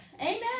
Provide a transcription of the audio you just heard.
amen